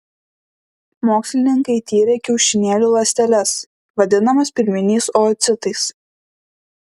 mokslininkai tyrė kiaušinėlių ląsteles vadinamas pirminiais oocitais